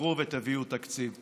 תתבגרו ותביאו תקציב.